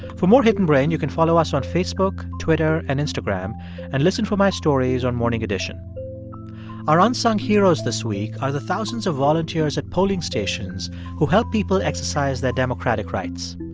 for more hidden brain, you can follow us on facebook, twitter and instagram and listen for my stories on morning edition our unsung heroes this week are the thousands of volunteers at polling stations who help people exercise their democratic rights.